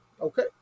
Okay